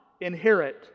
inherit